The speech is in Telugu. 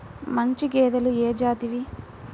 మంచి గేదెలు ఏ జాతివి?